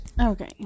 Okay